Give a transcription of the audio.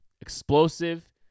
explosive